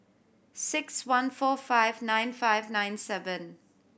six one four five nine five nine seven